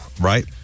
Right